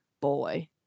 Boy